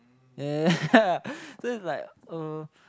so it's like uh